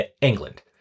England